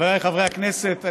חבריי חברי הכנסת,